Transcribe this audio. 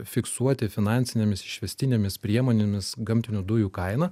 fiksuoti finansinėmis išvestinėmis priemonėmis gamtinių dujų kainą